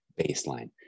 baseline